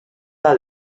are